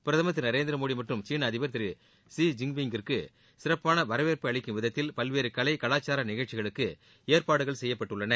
பிரதும் திரு நரேந்திரமோடி மற்றும் சீன அதிபர் திரு ஸி ஜின்பிங் கிற்கு சிறப்பான வரவேற்பை அளிக்கும் விதத்தில் பல்வேறு கலை கலாச்சார நிகழ்ச்சிகளுக்கு ஏற்பாடுகள் செய்யப்பட்டுள்ளன